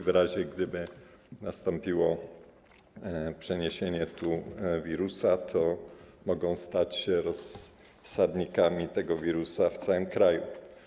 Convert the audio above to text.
W razie gdyby nastąpiło przeniesienie tu wirusa, to mogą stać się rozsadnikami tego wirusa w całym kraju.